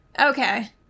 Okay